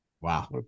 Wow